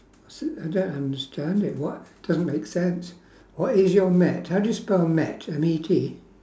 s~ I don't understand it what doesn't make sense what is your met how do you spell met M E T